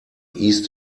east